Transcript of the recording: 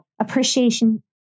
appreciation